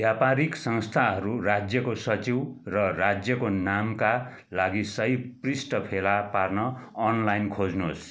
व्यापारिक संस्थाहरू राज्यको सचिव र राज्यको नामका लागि सही पृष्ठ फेला पार्न अनलाइन खोज्नुहोस्